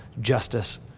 justice